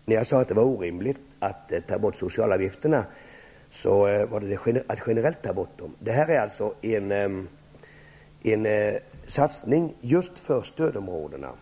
Herr talman! När jag sade att det var orimligt att ta bort socialavgifterna, menade jag att generellt ta bort dem. Det här gäller en satsning just för stödområdena.